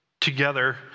together